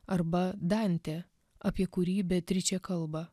arba dantė apie kurį beatričė kalba